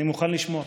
אני מוכן לשמוע.